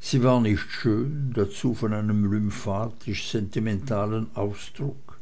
sie war nicht schön dazu von einem lymphatisch sentimentalen ausdruck